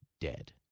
dead